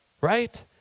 right